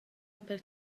per